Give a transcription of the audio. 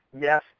yes